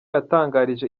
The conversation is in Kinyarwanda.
yatangarije